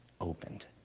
opened